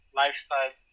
lifestyle